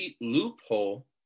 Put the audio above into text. loophole